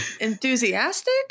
enthusiastic